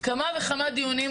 כמה וכמה דיונים,